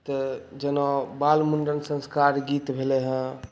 तऽ जेना बाल मुण्डन संस्कार बीत भेलै हेँ